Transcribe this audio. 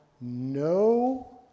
no